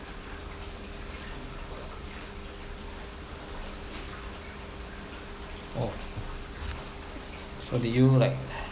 oh so do you like